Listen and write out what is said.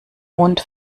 mond